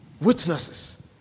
witnesses